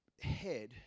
head